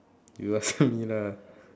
you are ask me lah